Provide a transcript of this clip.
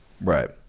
right